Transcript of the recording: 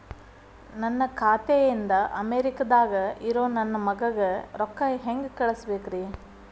ನನ್ನ ಖಾತೆ ಇಂದ ಅಮೇರಿಕಾದಾಗ್ ಇರೋ ನನ್ನ ಮಗಗ ರೊಕ್ಕ ಹೆಂಗ್ ಕಳಸಬೇಕ್ರಿ?